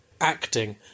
acting